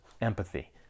empathy